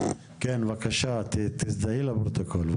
כן, בבקשה תזדהי לפרוטוקול.